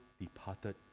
departed